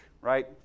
right